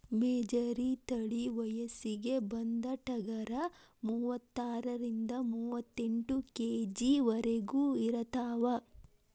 ಮೆಚರಿ ತಳಿ ವಯಸ್ಸಿಗೆ ಬಂದ ಟಗರ ಮೂವತ್ತಾರರಿಂದ ಮೂವತ್ತೆಂಟ ಕೆ.ಜಿ ವರೆಗು ಇರತಾವ